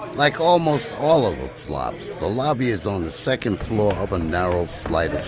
like almost all of the flops, the lobby is on the second floor up a narrow flight